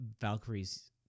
Valkyrie's